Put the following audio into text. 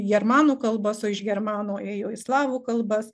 į germanų kalbas o iš germanų ėjo į slavų kalbas